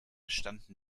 standen